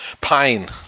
Pain